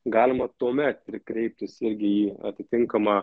galima tuomet ir kreiptis irgi į atitinkamą